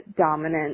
dominant